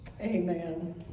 amen